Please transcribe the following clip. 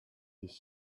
his